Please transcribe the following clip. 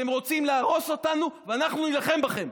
אתם רוצים להרוס אותנו, ואנחנו נילחם בכם.